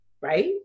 right